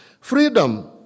Freedom